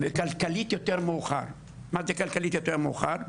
וכלכלית יותר מאוחר, מזה כלכלית יותר מאוחר?